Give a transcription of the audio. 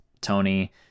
Tony